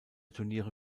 turniere